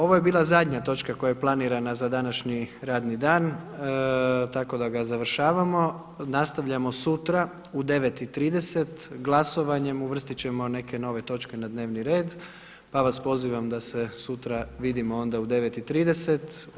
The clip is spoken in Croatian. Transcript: Ovo je bila zadnja točka koja je planirana za današnji radni dan, tako da ga završavamo, nastavljamo sutra u 9,30 glasovanjem, uvrstiti ćemo neke nove točke na dnevni red pa vas pozivam da se sutra vidimo onda u 9,30.